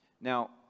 Now